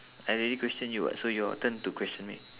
I already question you what so your turn to question me